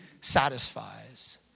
satisfies